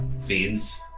fiends